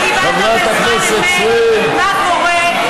זהו ניצול מבחיל של נשים וגופן של נשים.